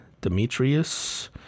Demetrius